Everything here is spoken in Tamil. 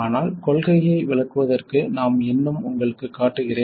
ஆனால் கொள்கையை விளக்குவதற்கு நான் இன்னும் உங்களுக்குக் காட்டுகிறேன்